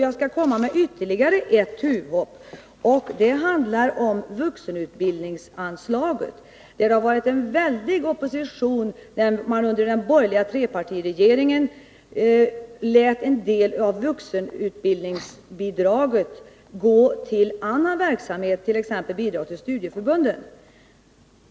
Jag skall redovisa ytterligare ett tuvhopp, som handlar om vuxenutbildningsanslaget. Det var en väldig opposition när den borgerliga trepartiregeringen lät en del av vuxenutbildningsbidraget gå till annan verksamhet, t.ex. till bidrag till studieförbunden.